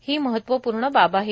ही महत्वपूर्ण बाब आहे